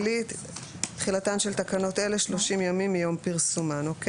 21. תחילה "תחילתן של תקנות אלה 30 ימים מיום פרסומן (בתקנות אלה,